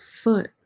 foot